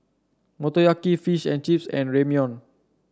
Motoyaki Fish and Chips and Ramyeon